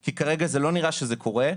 כי כרגע לא נראה שזה קורה.